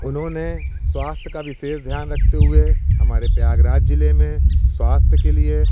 उन्होंने स्वास्थ्य का विशेष ध्यान रखते हुये हमारे प्रयागराज जिले में स्वास्थ्य के लिए